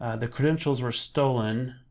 ah the credentials were stolen